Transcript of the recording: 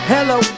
Hello